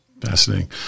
fascinating